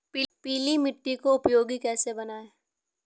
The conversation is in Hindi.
पीली मिट्टी को उपयोगी कैसे बनाएँ?